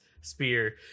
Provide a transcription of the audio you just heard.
spear